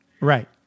Right